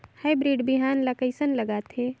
Hybrid बिहान ला कइसन लगाथे?